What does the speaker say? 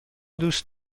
دوست